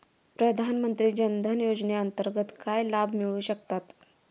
प्रधानमंत्री जनधन योजनेअंतर्गत काय लाभ मिळू शकतात?